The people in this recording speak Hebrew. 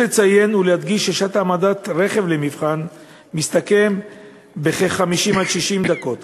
יש לציין ולהדגיש ששעת העמדת רכב למבחן מסתכמת ב-50 60 דקות.